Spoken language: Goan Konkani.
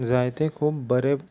जायते खूब बरे